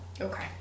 Okay